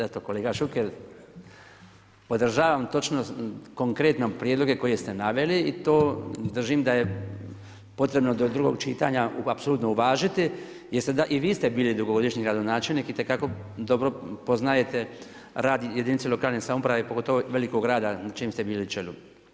Eto kolega Šuker podržavam točno prijedloge koje ste naveli i to držim da je potrebno do drugog čitanja apsolutno uvažiti jer i vi ste bili dugogodišnji gradonačelnik itekako dobro poznajte rad jedinica lokalne samouprave pogotovo velikog grada na čijem ste bili čelu.